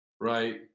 right